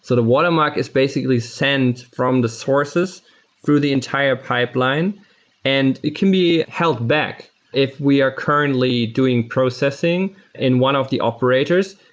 sort of watermark is basically sent from the sources through the entire pipeline and it can be held back if we are currently doing processing in one of the operators.